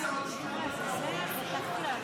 הסתייגות 1932 לא נתקבלה.